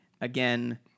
Again